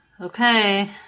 Okay